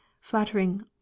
flattering